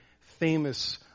famous